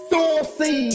Saucy